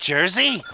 Jersey